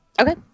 Okay